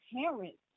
parents